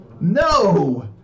No